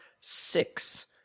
six